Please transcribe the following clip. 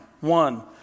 one